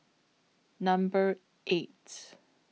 Number eight